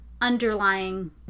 underlying